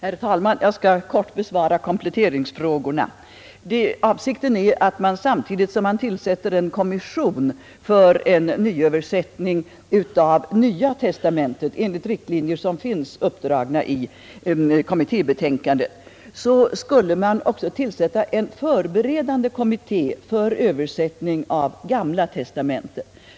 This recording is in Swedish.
Herr talman! Jag skall kort besvara kompletteringsfrågorna. Avsikten är att man, samtidigt som man tillsätter en kommission för en nyöversättning av Nya testamentet enligt de riktlinjer som finns uppdragna i kommittébetänkandet, också skulle tillsätta en förberedande kommitté för översättning av Gamla testamentet.